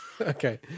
Okay